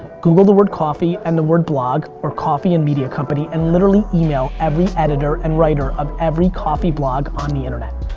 google the word coffee and the word blog or coffee and media company and literally email every editor and writer of every coffee blog on the internet.